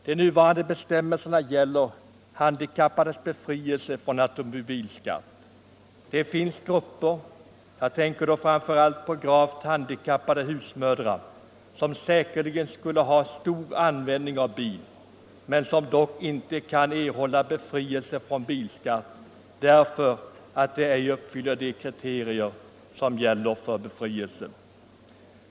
De nuvarande bestämmelserna gäller handikappades befrielse från automobilskatt. Det finns grupper — jag tänker då framför allt på gravt handikappade husmödrar — som säkerligen skulle ha stor användning av bil men som inte kan erhålla befrielse från bilskatt därför att de ej uppfyller de kriterier som gäller för befrielse.